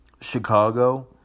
Chicago